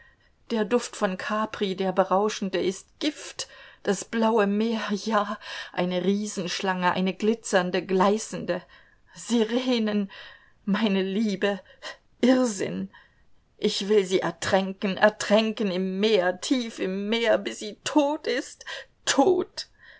der duft von capri der berauschende ist gift das blaue meer ja eine riesenschlange eine glitzernde gleißende sirenen meine liebe irrsinn ich will sie ertränken ertränken im meer tief im meer bis sie tot ist tot